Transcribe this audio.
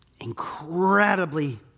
Incredibly